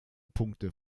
punkte